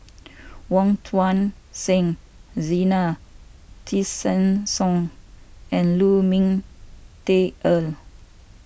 Wong Tuang Seng Zena Tessensohn and Lu Ming Teh Earl